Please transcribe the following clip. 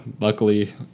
luckily